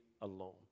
alone